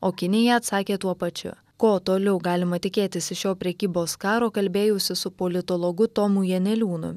o kinija atsakė tuo pačiu ko toliau galima tikėtis iš šio prekybos karo kalbėjausi su politologu tomu janeliūnu